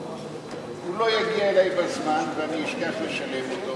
הוא לא יגיע אלי בזמן ואני אשכח לשלם אותו,